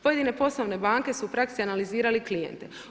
Pojedine poslovne banke su u praksi analizirali klijente.